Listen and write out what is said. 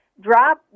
drop